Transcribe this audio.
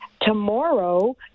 tomorrow